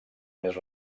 més